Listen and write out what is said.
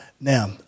Now